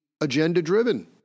agenda-driven